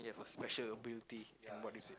got special ability and what is it